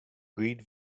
read